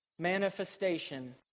manifestation